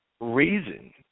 reason